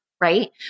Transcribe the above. right